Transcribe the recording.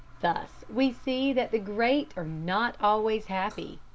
thus we see that the great are not always happy.